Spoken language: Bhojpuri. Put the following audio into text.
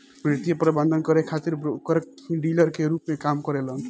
वित्तीय प्रबंधन करे खातिर ब्रोकर ही डीलर के रूप में काम करेलन